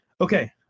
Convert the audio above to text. Okay